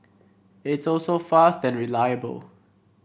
it's also fast and reliable